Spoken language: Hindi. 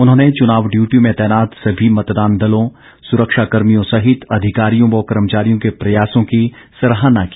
उन्होंने चुनाव ड्यूटी में तैनात सभी मतदान दलों सुरक्षा कर्मियों सहित अधिकारियों व कर्मचारियों के प्रयासों की सराहना की